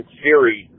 theory